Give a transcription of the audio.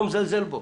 לא מזלזל בו,